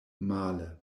male